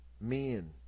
men